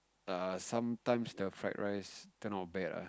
err sometimes the fried rice turn all bad ah